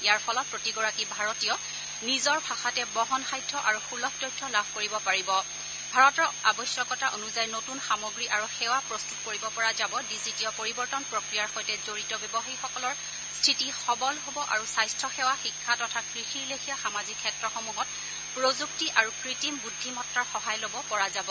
ইয়াৰ ফলত প্ৰতিগৰাকী ভাৰতীয় নিজৰ ভাষাতে বহনসাধ্য আৰু সূলভ তথ্য লাভ কৰিব পাৰিব ভাৰতৰ আৱশ্যকতা অনুযায়ী নতুন সামগ্ৰী আৰু সেৱা প্ৰস্তুত কৰিব পৰা যাব ডিজিটীয় পৰিবৰ্তন প্ৰক্ৰিয়াৰ সৈতে জড়িত ব্যৱসায়ীসকলৰ স্থিতি সবল হ'ব আৰু স্বাস্থ্য সেৱা শিক্ষা তথা কৃষিৰ লেখীয়া সামাজিক ক্ষেত্ৰসমূহত প্ৰযুক্তি আৰু কৃত্ৰিম বুদ্ধিমত্তাৰ সহায় লব পৰা যাব